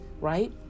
Right